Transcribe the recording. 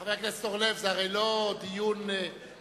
חבר הכנסת אורלב, זה הרי לא דיון נפרד.